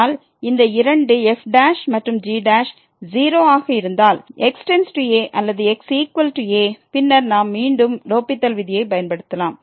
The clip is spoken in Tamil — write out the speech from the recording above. ஆனால் இந்த இரண்டு fமற்றும் g 0 ஆக இருந்தால் x→a அல்லது xa பின்னர் நாம் மீண்டும் லோப்பித்தல் விதியைப் பயன்படுத்தலாம்